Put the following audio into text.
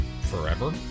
forever